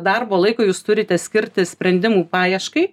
darbo laiko jūs turite skirti sprendimų paieškai